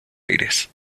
aires